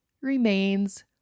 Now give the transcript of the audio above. remains